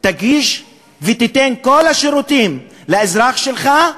תגיש ותיתן את כל השירותים לאזרח שלך,